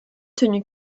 tenu